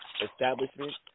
establishment